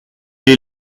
est